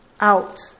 out